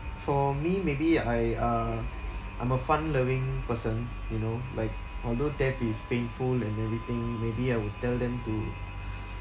for me maybe I uh I'm a fun loving person you know like although death is painful and everything maybe I would tell them to